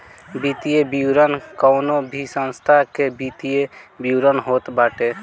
वित्तीय विवरण कवनो भी संस्था के वित्तीय विवरण होत बाटे